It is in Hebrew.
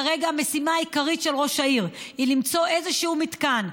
כרגע המשימה העיקרית של ראש העיר היא למצוא איזשהו מתקן,